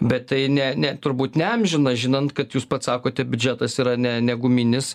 bet tai ne ne turbūt ne amžina žinant kad jūs pats sakote biudžetas yra ne neguminis